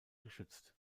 geschützt